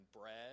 bread